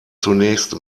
zunächst